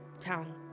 town